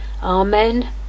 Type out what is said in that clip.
amen